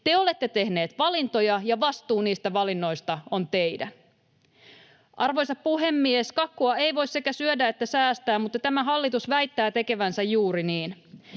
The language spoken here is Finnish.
Te olette tehneet valintoja, ja vastuu niistä valinnoista on teidän. Arvoisa puhemies! Kakkua ei voi sekä syödä että säästää, mutta tämä hallitus väittää tekevänsä juuri niin.